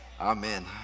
Amen